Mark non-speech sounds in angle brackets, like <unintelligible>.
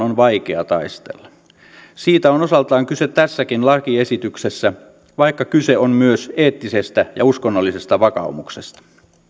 <unintelligible> on vaikea taistella siitä on osaltaan kyse tässäkin lakiesityksessä vaikka kyse on myös eettisestä ja uskonnollisesta vakaumuksesta